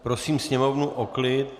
Prosím Sněmovnu o klid.